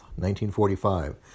1945